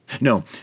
No